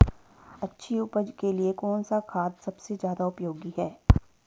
अच्छी उपज के लिए कौन सा खाद सबसे ज़्यादा उपयोगी है?